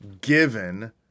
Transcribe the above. given